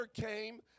came